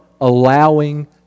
allowing